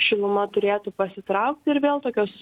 šiluma turėtų pasitraukti ir vėl tokios